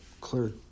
clear